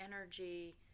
energy